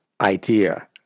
idea